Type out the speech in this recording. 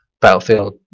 Battlefield